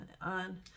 on